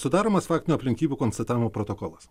sudaromas faktinių aplinkybių konstatavimo protokolas